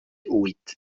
huit